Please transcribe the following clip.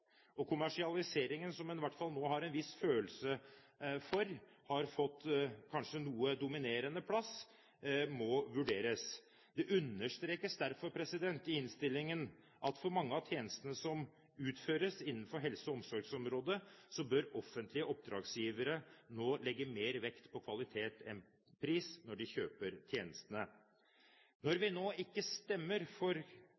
ivaretatt. Kommersialiseringen, som man nå har en viss følelse av har fått en noe dominerende plass, må vurderes. Det understrekes derfor i innstillingen at for mange av tjenestene som utføres innenfor helse- og omsorgsområdet, bør offentlige oppdragsgivere nå legge mer vekt på kvalitet enn på pris når de kjøper tjenestene. Når